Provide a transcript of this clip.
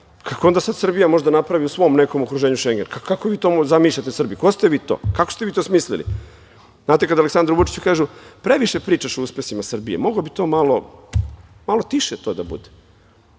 Kako sad Srbija može da napravi u svom nekom okruženju Šengen? Kako vi to zamišljate, Srbi? Ko ste vi to? Kako ste vi to smislili? Znate, kada Aleksandru Vučiću kažu – previše pričaš o uspesima Srbije, moglo bi to malo tiše da bude,